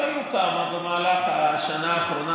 והיו כמה במהלך השנה האחרונה,